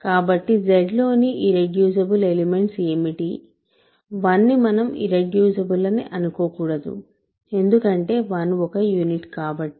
కాబట్టి Z లోని irreducible elements ఏమిటి 1 ని మనం ఇర్రెడ్యూసిబుల్ అనుకోకూడదు ఎందుకంటే 1 ఒక యూనిట్ కాబట్టి